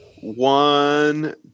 one